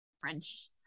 French